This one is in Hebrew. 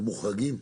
הם מוחרגים?